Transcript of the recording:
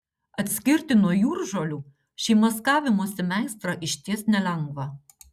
atskirti nuo jūržolių šį maskavimosi meistrą išties nelengva